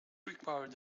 required